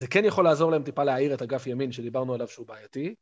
זה כן יכול לעזור להם טיפה להעיר את אגף ימין, שדיברנו עליו שהוא בעייתי.